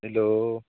hello